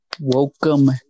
Welcome